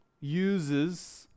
uses